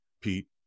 Pete